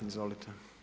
Izvolite.